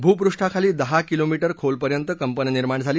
भूपृष्ठाखाली दहा किलोमीटर खोलपर्यंत कंपनं निर्माण झाली